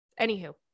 Anywho